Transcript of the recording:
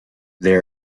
they